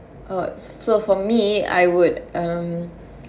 uh so for me I would um